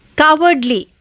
cowardly